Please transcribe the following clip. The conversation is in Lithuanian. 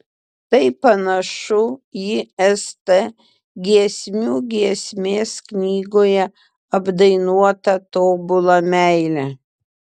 tai panašu į st giesmių giesmės knygoje apdainuotą tobulą meilę